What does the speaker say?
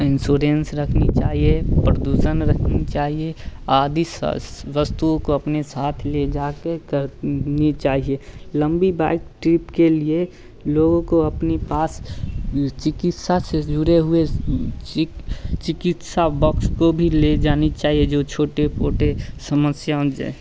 insurance रखनी चाहिए प्रदूषण रखनी चाहिए आदि स वस्तुओं को अपने साथ ले जाकर तो नी चाहिए लंबी बाइक ट्रिप के लिए लोगों को अपनी पास चिकित्सा से जुड़े हुए चिक चिकित्सा बॉक्स को भी ले जानी चाहिए जो छोटे पोटे समस्याओं जे